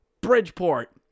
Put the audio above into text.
Bridgeport